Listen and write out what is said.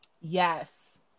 Yes